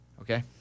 okay